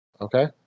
Okay